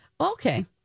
okay